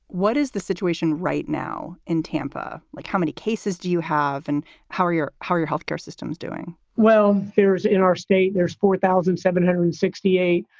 what is the situation right now in tampa? like, how many cases do you have and how are your how are your health care systems doing? well, there is in our state there's four thousand seven hundred and sixty eight,